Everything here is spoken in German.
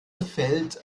fällt